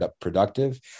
productive